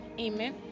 Amen